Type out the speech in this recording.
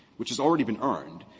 which has already been earned,